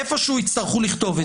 איפשהו יצטרכו לכתוב את זה.